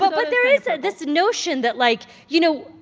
but but there is ah this notion that like, you know,